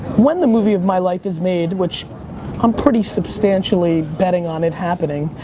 when the movie of my life is made, which i'm pretty substantially betting on it happening,